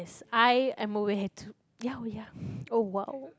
I am aware too ya oh ya oh !wow!